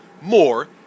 more